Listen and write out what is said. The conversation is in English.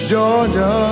Georgia